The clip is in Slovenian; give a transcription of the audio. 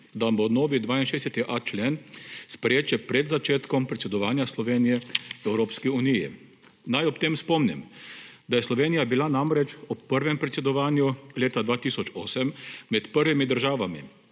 da bo novi 62.a člen sprejet še pred začetkom predsedovanja Slovenije Evropske uniji. Naj ob tem spomnim, da je Slovenija bila namreč ob prvem predsedovanju leta 2008 med prvimi državami,